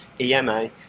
EMA